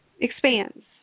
expands